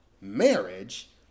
marriage